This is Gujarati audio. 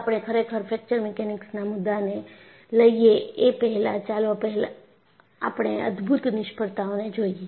આપણે ખરેખર ફ્રેક્ચર મિકેનિક્સના મુદ્દાને લઈએ એ પહેલાં ચાલો પહેલા આપણે અદ્ભુત નિષ્ફળતાઓને જોઈએ